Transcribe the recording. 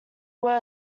were